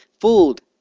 fooled